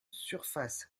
surface